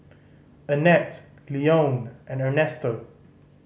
Annette Leone and Ernesto